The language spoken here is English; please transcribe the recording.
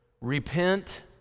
repent